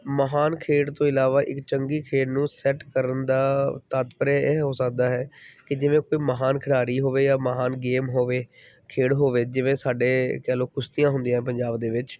ਮਹਾਨ ਖੇਡ ਤੋਂ ਇਲਾਵਾ ਇੱਕ ਚੰਗੀ ਖੇਡ ਨੂੰ ਸੈੱਟ ਕਰਨ ਦਾ ਤੱਤਪਰ ਇਹ ਹੋ ਸਕਦਾ ਹੈ ਕਿ ਜਿਵੇਂ ਕੋਈ ਮਹਾਨ ਖਿਡਾਰੀ ਹੋਵੇ ਜਾਂ ਮਹਾਨ ਗੇਮ ਹੋਵੇ ਖੇਡ ਹੋਵੇ ਜਿਵੇਂ ਸਾਡੇ ਕਹਿ ਲਓ ਕੁਸ਼ਤੀਆਂ ਹੁੰਦੀਆਂ ਪੰਜਾਬ ਦੇ ਵਿੱਚ